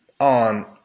on